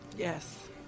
Yes